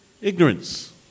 Ignorance